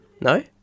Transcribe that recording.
No